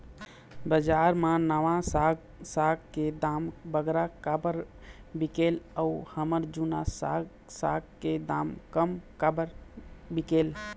बजार मा नावा साग साग के दाम बगरा काबर बिकेल अऊ हमर जूना साग साग के दाम कम काबर बिकेल?